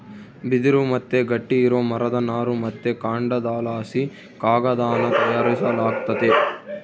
ಬಿದಿರು ಮತ್ತೆ ಗಟ್ಟಿ ಇರೋ ಮರದ ನಾರು ಮತ್ತೆ ಕಾಂಡದಲಾಸಿ ಕಾಗದಾನ ತಯಾರಿಸಲಾಗ್ತತೆ